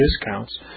discounts